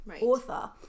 author